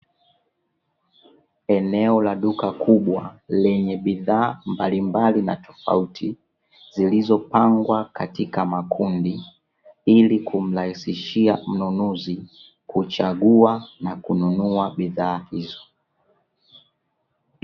Eneo la duka kubwa lenye bidhaa mbalimbali na tofauti zilizopangwa katika makundi, ili kumrahisishia mnunuzi kuchagua na kununua bidhaa hizo.